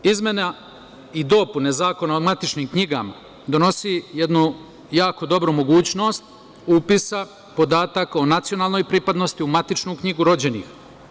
Izmene i dopune Zakona o matičnim knjigama donosi jednu jako dobru mogućnost upisa podataka o nacionalnoj pripadnosti u matičnu knjigu rođenih.